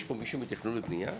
יש פה מישהו מתכנון ובנייה?